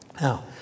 Now